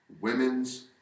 Women's